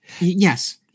Yes